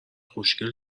خوشگل